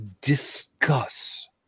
discuss